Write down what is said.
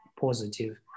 positive